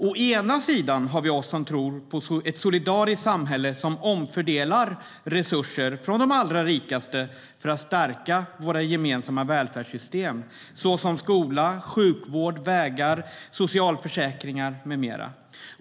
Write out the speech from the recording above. Å ena sidan har vi oss som tror på ett solidariskt samhälle där man omfördelar resurser från de allra rikaste för att stärka våra gemensamma välfärdssystem, såsom skola, sjukvård, vägar, socialförsäkringar med mera.